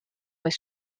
was